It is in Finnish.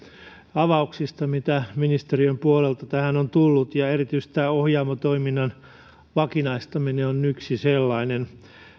avauksista mitä ministeriön puolelta tähän on tullut erityisesti tämä ohjaamo toiminnan vakinaistaminen on yksi sellainen